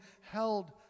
held